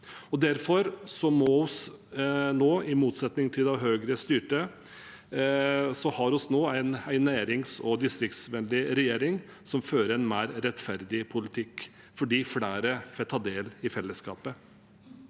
går framover. I motsetning til da Høyre styrte, har vi nå en nærings- og distriktsvennlig regjering som fører en mer rettferdig politikk, fordi flere får ta del i fellesskapet.